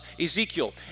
Ezekiel